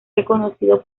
reconocido